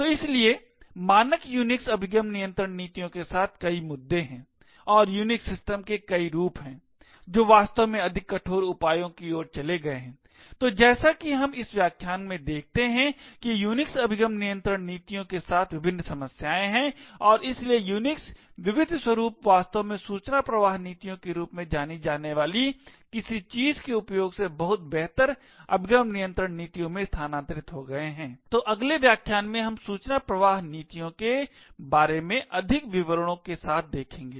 तो इसलिए मानक यूनिक्स अभिगम नियंत्रण नीतियों के साथ कई मुद्दे हैं और यूनिक्स सिस्टम के कई रूप हैं जो वास्तव में अधिक कठोर उपायों की ओर चले गए हैं तो जैसा कि हम इस व्याख्यान में देखते हैं कि यूनिक्स अभिगम नियंत्रण नीतियों के साथ विभिन्न समस्याएं हैं और इसलिए यूनिक्स विविध स्वरुप वास्तव में सूचना प्रवाह नीतियों के रूप में जानी जाने वाली किसी चीज़ के उपयोग से बहुत बेहतर अभिगम नियंत्रण नीतियों में स्थानांतरित हो गए हैं तो अगले व्याख्यान में हम सूचना प्रवाह नीतियों के बारे में अधिक विवरणों को देखेंगे